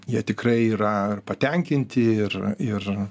jie tikrai yra ir patenkinti ir ir